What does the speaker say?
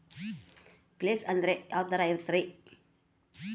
Place ಅಂದ್ರೆ ಯಾವ್ತರ ಇರ್ತಾರೆ?